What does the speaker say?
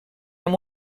amb